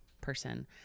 person